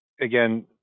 again